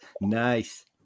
Nice